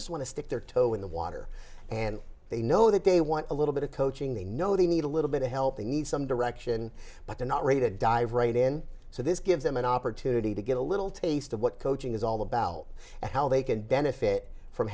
just want to stick their toe in the water and they know that they want a little bit of coaching they know they need a little bit of help they need some direction but they're not rated dive right in so this gives them an opportunity to get a little taste of what coaching is all about and how they can benefit from